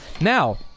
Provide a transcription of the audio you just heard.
now